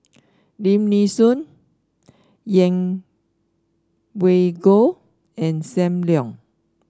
Lim Nee Soon Yeng Pway Ngon and Sam Leong